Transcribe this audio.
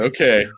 Okay